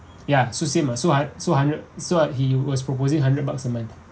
ya so same lah so hun~ so hundred so ah he was proposing hundred bucks a month